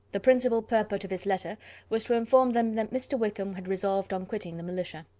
the principal purport of his letter was to inform them that mr. wickham had resolved on quitting the militia.